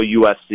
USC